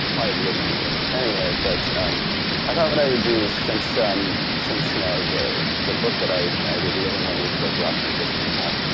why wouldn't you? anyway, but um i thought what i would do is, since um since you know the the book that i did, living language dothraki just came out,